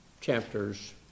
chapters